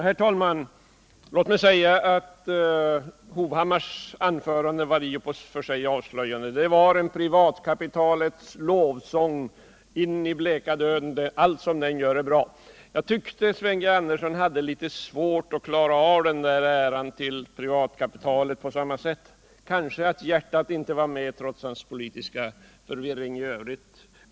Herr talman! Erik Hovhammars anförande var t och för sig avslöjande: Det var en privatkapitalets lovsång in i bleka döden. Allt som privatkapitalet gör är bra. Jag tyckte Sven G. Andersson hade litet svårt att klara av hyllningen till privatkapitalet på samma sätt. Kanske att hjärtat inte var med trots hans politiska förvirring i övrigt.